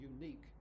unique